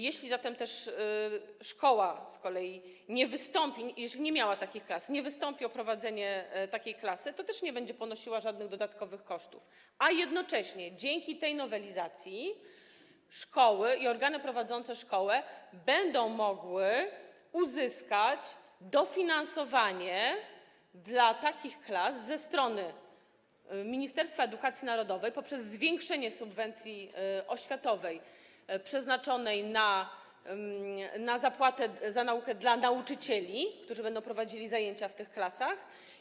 Jeśli szkoła z kolei o to nie wystąpi, jeśli nie miała takich klas i nie wystąpi o prowadzenie takiej klasy, to też nie będzie ponosiła żadnych dodatkowych kosztów, a jednocześnie dzięki tej nowelizacji szkoły i organy prowadzące szkoły będą mogły uzyskać dofinansowanie dla takich klas ze strony Ministerstwa Edukacji Narodowej poprzez zwiększenie subwencji oświatowej przeznaczonej na zapłatę za naukę dla nauczycieli, którzy będą prowadzili zajęcia w tym klasach.